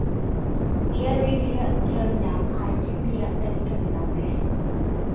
air ᱩᱭᱤᱠ ᱨᱮᱭᱟᱜ ᱪᱷᱟᱹᱲ ᱧᱟᱢ ᱨᱮᱭᱟᱜ ᱟᱭᱴᱮᱢ ᱨᱮᱭᱟᱜ ᱛᱟᱹᱞᱤᱠᱟ ᱵᱮᱱᱟᱣ ᱢᱮ